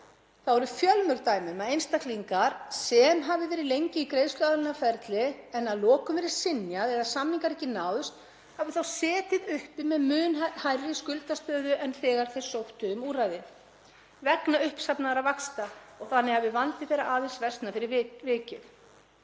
Þá eru fjölmörg dæmi um að einstaklingar sem hafa verið lengi í greiðsluaðlögunarferli en að lokum verið synjað eða samningar ekki náðst hafi þá setið uppi með mun hærri skuldastöðu en þegar þeir sóttu um úrræði vegna uppsafnaðra vaxta þannig að vandi þeirra versnaði aðeins fyrir vikið.